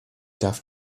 darf